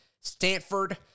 Stanford